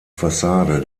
fassade